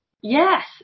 yes